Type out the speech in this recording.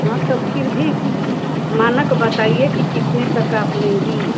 हाँ तो फिर भी कुछ मानक बताइए कि कितने तक आप लेंगी